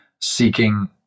seeking